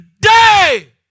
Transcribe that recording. day